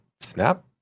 snap